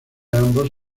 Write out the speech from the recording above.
ambos